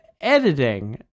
editing